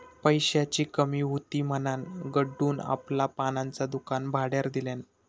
पैशाची कमी हुती म्हणान गुड्डून आपला पानांचा दुकान भाड्यार दिल्यान